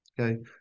Okay